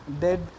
dead